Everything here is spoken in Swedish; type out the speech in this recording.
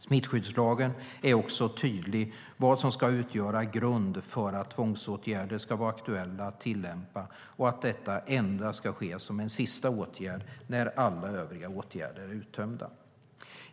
Smittskyddslagen är också tydlig om vad som ska utgöra grund för att tvångsåtgärder ska vara aktuella att tillämpa och att detta endast ska ske som en sista åtgärd när alla övriga åtgärder är uttömda.